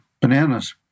bananas